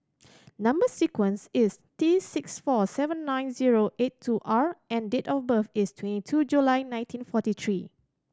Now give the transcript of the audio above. number sequence is T six four sevent nine zero eight two R and date of birth is twenty two July nineteen forty three